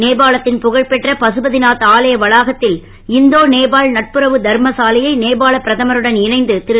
நேபாளத்தின் புகழ்பெற்ற பசுபதிநாத் ஆலய வளாகத்தில் இந்தோ நேபாள் நட்புறவு தர்மசாலையை நேபாள பிரதமருடன் இணைந்து திரு